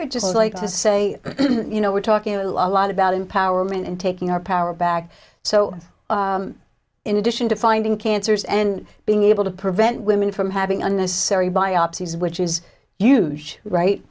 right just like to say you know we're talking a lot about empowerment and taking our power back so in addition to finding cancers and being able to prevent women from having unnecessary biopsies which is huge